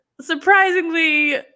surprisingly